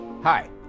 Hi